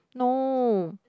no